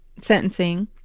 sentencing